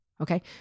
okay